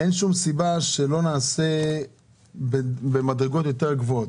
אין שום סיבה שלא תקלטו במדרגות יותר גבוהות.